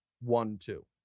one-two